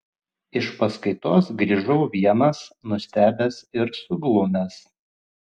iš paskaitos grįžau vienas nustebęs ir suglumęs